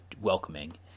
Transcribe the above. welcoming